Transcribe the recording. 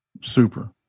Super